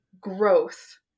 growth